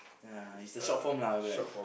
uh it's the short form lah like